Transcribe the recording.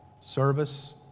Service